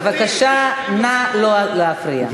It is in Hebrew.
בבקשה, נא לא להפריע.